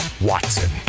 Watson